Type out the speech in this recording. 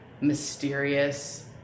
mysterious